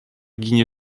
ginie